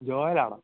ജോയലാണോ